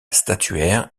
statuaire